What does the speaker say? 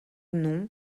nom